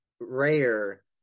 rare